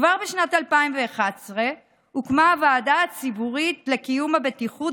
כבר בשנת 2011 הוקמה הוועדה הציבורית לקיום הבטיחות